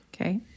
Okay